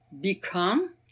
become